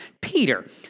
Peter